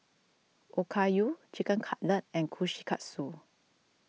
Okayu Chicken Cutlet and Kushikatsu